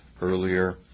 earlier